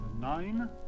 nine